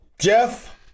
Jeff